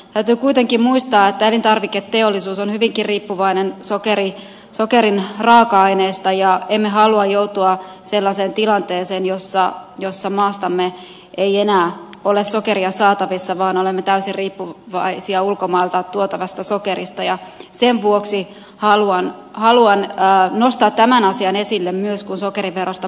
täytyy kuitenkin muistaa että elintarviketeollisuus on hyvinkin riippuvainen sokerin raaka aineesta ja emme halua joutua sellaiseen tilanteeseen jossa maastamme ei enää ole sokeria saatavissa vaan olemme täysin riippuvaisia ulkomailta tuotavasta sokerista ja sen vuoksi haluan nostaa tämän asian esille myös kun sokeriverosta puhutaan